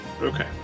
Okay